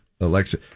Alexa